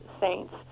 saints